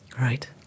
Right